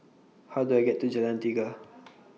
How Do I get to Jalan Tiga